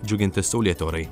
džiuginti saulėti orai